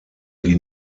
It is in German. die